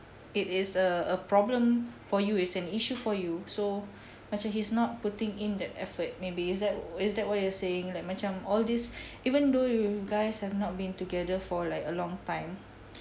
it is a a problem for you it's an issue for you so macam he's not putting in that effort maybe is that is that what you are saying like macam all this even though you guys have not been together for like a long time